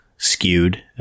Skewed